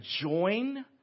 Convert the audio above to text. join